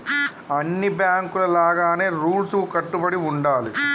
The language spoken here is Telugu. అన్ని బాంకుల లాగానే రూల్స్ కు కట్టుబడి ఉండాలి